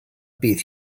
bydd